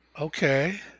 Okay